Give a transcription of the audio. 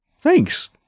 thanks